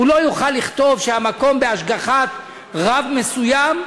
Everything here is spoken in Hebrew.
הוא לא יוכל לכתוב שהמקום בהשגחת רב מסוים,